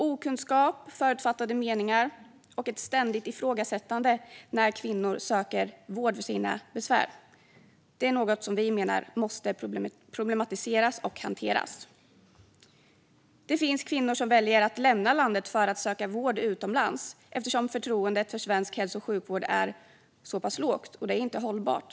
Okunskap, förutfattade meningar och ett ständigt ifrågasättande när kvinnor söker vård för sina besvär är saker som vi menar måste problematiseras och hanteras. Det finns kvinnor som väljer att lämna landet för att söka vård utomlands eftersom förtroendet för svensk hälso och sjukvård är så pass lågt. Detta är inte hållbart.